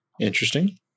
Interesting